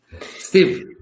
Steve